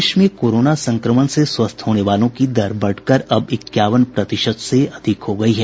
देश में कोरोना संक्रमण से स्वस्थ होने वालों की दर बढ़कर अब इक्यावन प्रतिशत से अधिक हो गई है